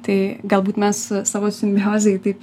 tai galbūt mes savo simbiozėj taip